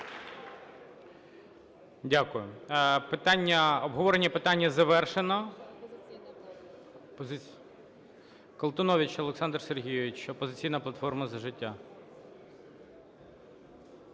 обговорення питання завершено. Колтунович Олександр Сергійович, "Опозиційна платформа – За життя".